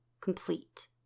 complete